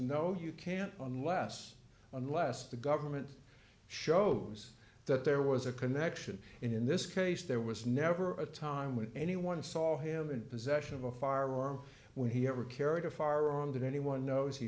no you can't unless unless the government shows that there was a connection in this case there was never a time when anyone saw him in possession of a firearm when he ever carried a firearm that anyone knows